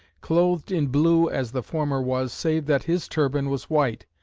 clothed in blue as the former was, save that his turban was white,